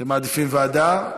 אתם מעדיפים ועדה?